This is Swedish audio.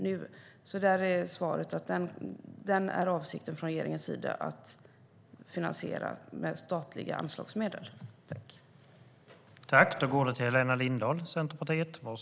Svaret är att avsikten från regeringens sida är att finansiera denna del med statliga anslagsmedel.